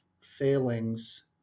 failings